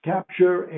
Capture